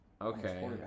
Okay